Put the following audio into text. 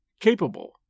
capable